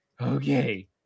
okay